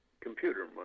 computer